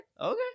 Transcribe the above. Okay